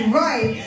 right